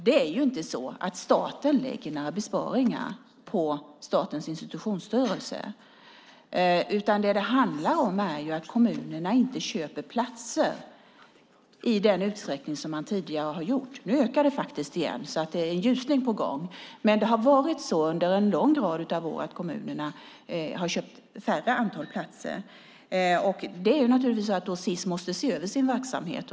Det är inte så att staten lägger några besparingar på Statens institutionsstyrelse, utan det handlar om att kommunerna inte köper platser i den utsträckning de tidigare har gjort. Nu ökar det faktiskt igen, så det är en ljusning på gång. Men det har varit så under en lång rad år att kommunerna har köpt ett färre antal platser, och det är naturligtvis så att Sis då måste se över sin verksamhet.